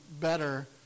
better